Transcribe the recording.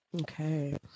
Okay